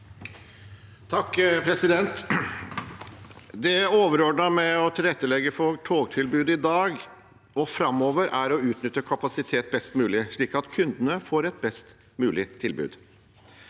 (A) Det overordnede med å tilrettelegge for togtilbudet i dag og framover er å utnytte kapasitet best mulig, slik at kundene får et best mulig tilbud.